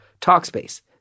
Talkspace